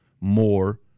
more